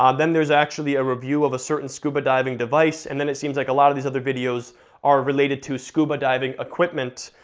um then there's actually a review of a certain scuba diving device, and then it seems like a lot of these other videos are related to scuba diving equipment,